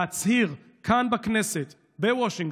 להצהיר כאן בכנסת, בוושינגטון,